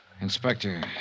Inspector